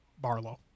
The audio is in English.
Barlow